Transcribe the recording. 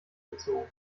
gezogen